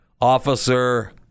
officer